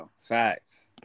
Facts